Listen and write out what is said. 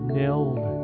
nailed